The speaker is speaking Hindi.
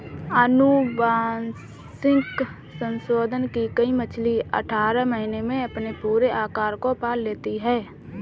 अनुवांशिक संशोधन की गई मछली अठारह महीने में अपने पूरे आकार को पा लेती है